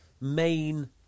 main